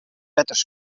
letters